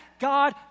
God